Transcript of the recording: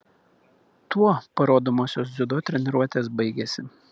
tuo parodomosios dziudo treniruotės baigėsi